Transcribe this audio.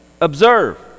observe